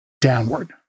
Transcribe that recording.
downward